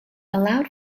allowed